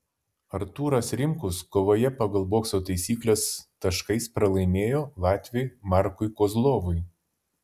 artūras rimkus kovoje pagal bokso taisykles taškais pralaimėjo latviui markui kozlovui